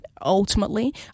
ultimately